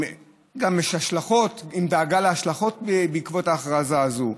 גם עם דאגה להשלכות של ההכרזה הזאת,